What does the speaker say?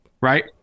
right